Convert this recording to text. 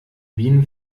bienen